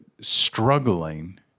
struggling